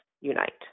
unite